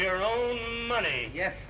your own money yes